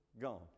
gone